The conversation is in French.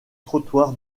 trottoir